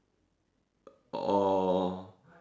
or